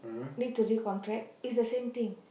need to recontract it's the same thing